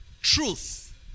truth